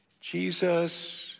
Jesus